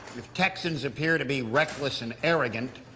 if texans appear to be reckless and arrogant,